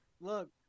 look